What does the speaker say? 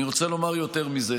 אני רוצה לומר יותר מזה,